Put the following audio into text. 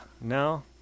no